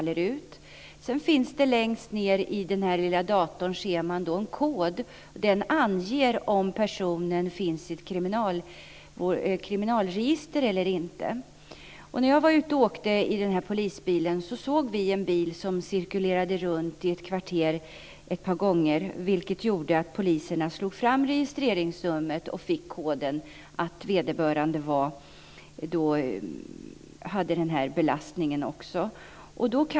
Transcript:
Längst ned på denna lilla datorn finns en kod som anger om personen finns i kriminalregistret eller inte. När jag var ute och åkte i polisbilen såg vi en bil som cirkulerade runt ett kvarter ett par gånger, vilket gjorde att poliserna slog in registreringsnumret och fick koden att vederbörande var kriminellt belastad.